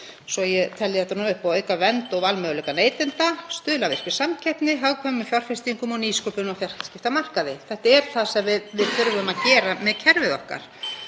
svo að ég telji þetta upp, og auka vernd og valmöguleika neytenda, stuðla að virkri samkeppni, hagkvæmum fjárfestingum og nýsköpun á fjarskiptamarkaði. Þetta er það sem við þurfum að gera með kerfið okkar.